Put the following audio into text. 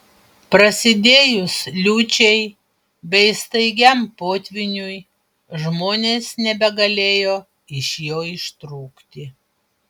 prasidėjus liūčiai bei staigiam potvyniui žmonės nebegalėjo iš jo ištrūkti